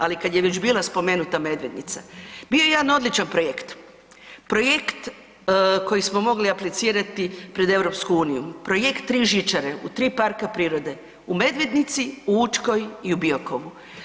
Ali kad je već bila spomenuta Medvednica, bio je jedan odlučan projekt, projekt koji smo mogli aplicirati pred EU, projekt 3 žičare u 3 parka prirode, u Medvednici, u Učkoj i u Biokovu.